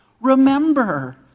remember